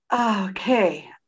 okay